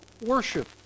worship